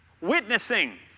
witnessing